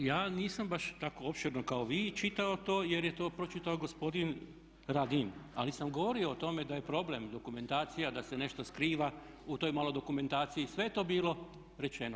Pa ja nisam baš tako opširno kao vi čitao to jer je to pročitao gospodin Radin ali sam govorio o tome da je problem dokumentacija, da se nešto skriva u toj … dokumentaciji, sve je to bilo rečeno.